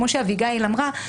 כמו שאביגיל אמרה,